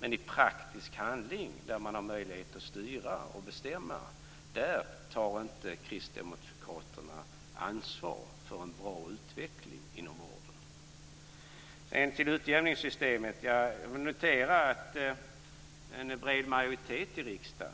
Men i praktisk handling, där man har möjlighet att styra och bestämma, tar kristdemokraterna inte ansvar för en bra utveckling inom vården. Jag noterar att en bred majoritet i riksdagen